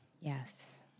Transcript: Yes